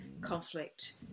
conflict